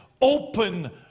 open